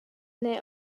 neu